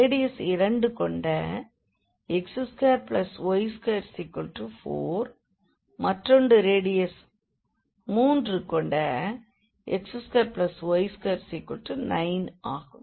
radius 2 கொண்ட x2y24 மற்றொன்று radius 3 கொண்ட x2y29 ஆகும்